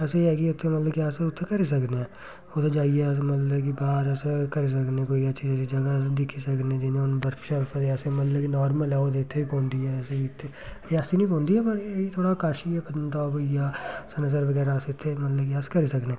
वैसे एह् ऐ कि उत्थें मतलब कि अस उत्थें करी सकने आं उत्थें जाइयै अस मतलब कि बाह्र अस करी सकने आं कोई अच्छी अच्छी जगह् दिक्खी सकने आं जियां हून वर्फ शर्फ ऐ ते अस मतलब कि नार्मल जित्थें ओह् पौंदी ऐ असें उत्थें रियासी नी पौंदी पर एह् थोह्ड़ा कश ई ऐ पत्नीटाप होई गेआ सनासर बगैरा अस इत्थें मतलब कि अस करी सकने आं